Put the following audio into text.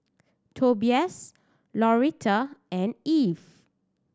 Tobias Lauretta and Eve